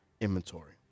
inventory